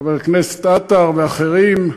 חבר הכנסת עטר ואחרים: